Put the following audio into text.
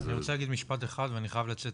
אני רוצה להגיד משפט אחד ואני חייב לצאת